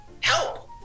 help